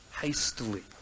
hastily